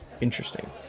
Interesting